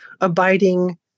abiding